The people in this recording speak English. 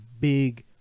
big